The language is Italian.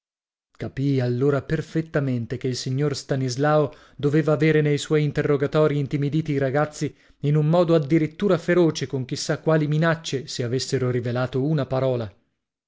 capii allora perfettamente che il signor stanislao doveva avere nel suoi interrogatori intimiditi i ragazzi in un modo addirittura feroce con chi sa quali minacce se avessero rivelato una parola